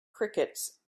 crickets